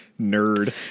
nerd